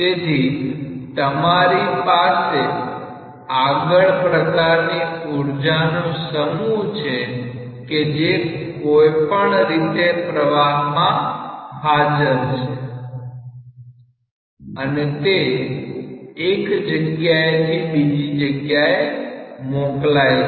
તેથી તમારી પાસે આગળ પ્રકારની ઉર્જા નો સમૂહ છે કે જે કોઈપણ રીતે પ્રવાહમાં હાજર છે અને તે એક જગ્યાએથી બીજી જગ્યાએ મોકલાય છે